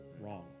wrong